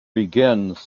begins